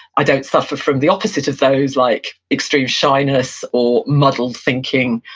i don't suffer from the opposite of those, like extreme shyness, or muddled thinking,